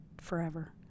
forever